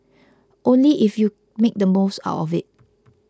only if you make the most of it